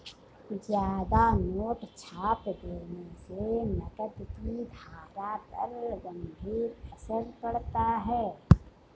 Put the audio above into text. ज्यादा नोट छाप देने से नकद की धारा पर गंभीर असर पड़ता है